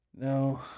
No